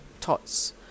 thoughts